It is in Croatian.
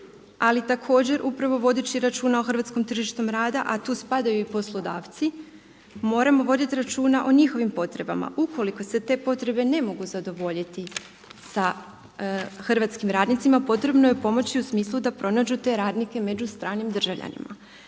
ali također upravo vodeći računa o hrvatskom tržištu rada a tu spadaju i poslodavci moramo voditi računa o njihovim potrebama. Ukoliko se te potrebe ne mogu zadovoljit sa hrvatskim radnicima potrebno je pomoći u smislu da pronađu te radnike među stranim državljanima.